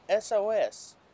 SOS